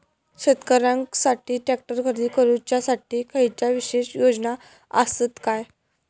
शेतकऱ्यांकसाठी ट्रॅक्टर खरेदी करुच्या साठी खयच्या विशेष योजना असात काय?